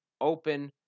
open